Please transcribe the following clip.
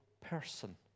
person